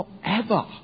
forever